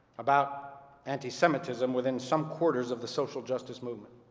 about anti-semitism within some quarters of the social justice movement.